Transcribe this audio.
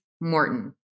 Morton